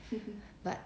but